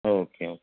okay okay